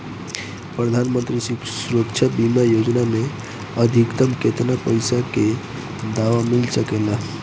प्रधानमंत्री सुरक्षा बीमा योजना मे अधिक्तम केतना पइसा के दवा मिल सके ला?